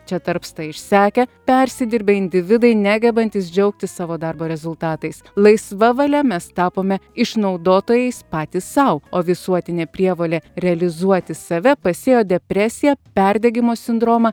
čia tarpsta išsekę persidirbę individai negebantys džiaugtis savo darbo rezultatais laisva valia mes tapome išnaudotojais patys sau o visuotinė prievolė realizuoti save pasėjo depresiją perdegimo sindromą